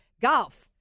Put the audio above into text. golf